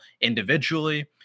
individually